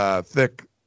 thick